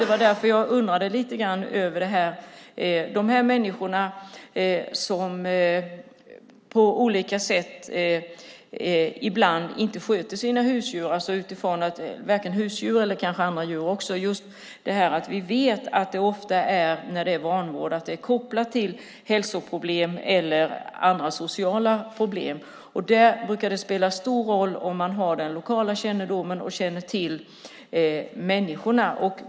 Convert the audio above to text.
Det var därför jag undrade lite grann över det här. När det gäller de människor som på olika sätt ibland inte sköter sina husdjur eller andra djur vet vi att det ofta, när det är vanvård, är kopplat till hälsoproblem eller andra sociala problem. Då brukar det spela stor roll om man har den lokala kännedomen och känner till människorna.